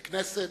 the Knesset,